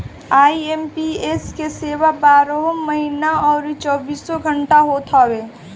IMPS के सेवा बारहों महिना अउरी चौबीसों घंटा होत हवे